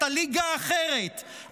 אתה ליגה אחרת,